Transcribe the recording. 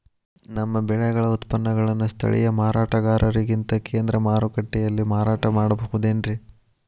ನಮ್ಮ ಬೆಳೆಗಳ ಉತ್ಪನ್ನಗಳನ್ನ ಸ್ಥಳೇಯ ಮಾರಾಟಗಾರರಿಗಿಂತ ಕೇಂದ್ರ ಮಾರುಕಟ್ಟೆಯಲ್ಲಿ ಮಾರಾಟ ಮಾಡಬಹುದೇನ್ರಿ?